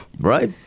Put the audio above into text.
right